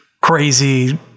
crazy